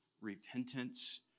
repentance